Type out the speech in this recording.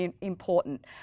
important